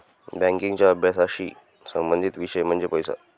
बँकिंगच्या अभ्यासाशी संबंधित विषय म्हणजे पैसा